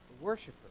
worshiper